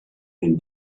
den